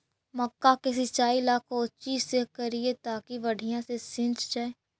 मक्का के सिंचाई ला कोची से करिए ताकी बढ़िया से सींच जाय?